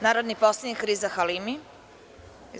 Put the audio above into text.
Narodni poslanik Riza Halimi.